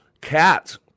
cats